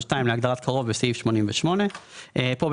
או (2) להגדרה "קרוב" בסעיף 88; פה,